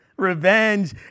revenge